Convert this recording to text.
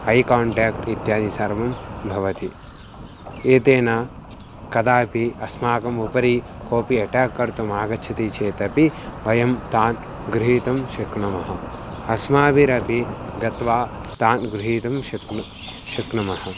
हैकाण्टेक्ट् इत्यादि सर्वं भवति एतेन कदापि अस्माकम् उपरि कोपि अटेक् कर्तुम् आगच्छति चेदपि वयं तान् ग्रहीतुं शक्नुमः अस्माभिरपि गत्वा तान् ग्रहीतुं शक्नु शक्नुमः